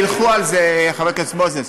ילכו על זה, חבר הכנסת מוזס.